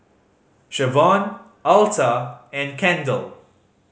Shavonne Alta and Kendal